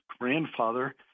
grandfather